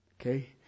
Okay